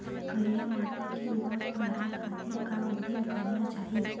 करिया माटी के उपज बढ़ाये खातिर का उदिम करना चाही?